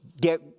get